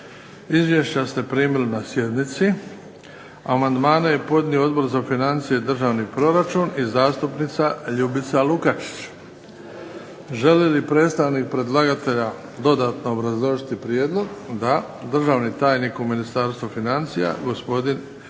Izvješća ste primili na sjednici. Amandmane je podnio Odbor za financije i državni proračun i zastupnica Ljubica Lukačić. Želi li predstavnik predlagatelja dodatno obrazložiti prijedlog? Da. Državni tajnik u Ministarstvu financija, gospodin Ivica